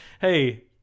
Hey